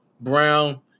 Brown